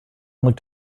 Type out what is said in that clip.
looked